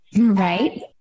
right